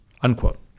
unquote